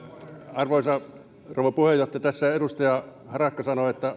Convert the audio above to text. arvoisa rouva puheenjohtaja tässä edustaja harakka sanoi että